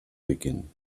beginnen